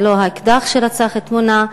זה לא האקדח שרצח את מונא,